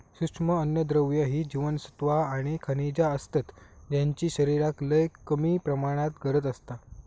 सूक्ष्म अन्नद्रव्य ही जीवनसत्वा आणि खनिजा असतत ज्यांची शरीराक लय कमी प्रमाणात गरज असता